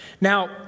Now